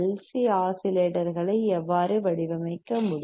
C ஆஸிலேட்டர்களை எவ்வாறு வடிவமைக்க முடியும்